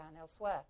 elsewhere